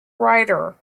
writer